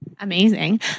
Amazing